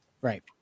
Right